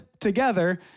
together